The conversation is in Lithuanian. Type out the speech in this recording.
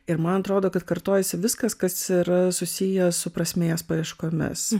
ir man atrodo kad kartojasi viskas kas yra susiję su prasmės paieškomis